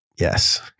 Yes